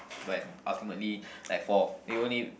but ultimately like for we only